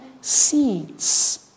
seeds